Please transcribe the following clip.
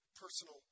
personal